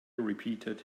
repeated